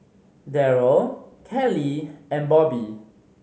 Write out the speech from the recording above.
Derrell Kelly and Bobby